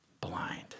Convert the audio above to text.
blind